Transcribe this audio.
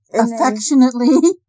affectionately